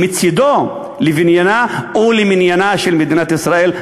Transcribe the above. מצדו, לבניינה ולמניינה של מדינת ישראל.